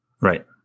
Right